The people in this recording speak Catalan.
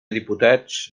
diputats